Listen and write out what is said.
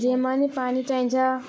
जेमा पनि पानी चाहिन्छ